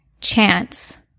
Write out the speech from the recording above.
chance